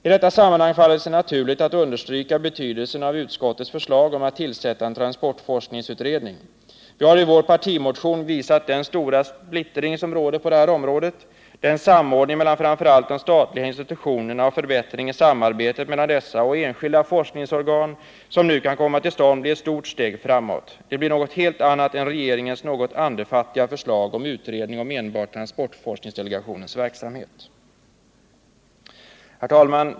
I detta sammanhang faller det sig naturligt att understryka betydelsen av utskottets förslag om att tillsätta en transportforskningsutredning. Vi har i vår partimotion visat den stora splittring som råder på området. Den samordning mellan framför allt de statliga institutionerna och den förbättring i samarbetet mellan dessa och enskilda forskningsorgan som nu kan komma till stånd blir ett stort steg framåt. Det blir något helt annat än regeringens något andefattiga förslag om utredning om enbart transportforskningsdelegationens verksamhet. Herr talman!